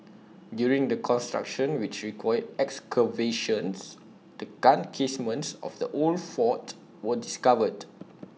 during the construction which required excavations the gun casements of the old fort were discovered